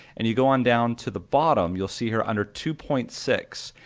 and you go on down to the bottom, you'll see here, under two point six,